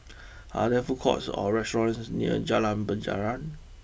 are there food courts or restaurants near Jalan Penjara